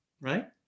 right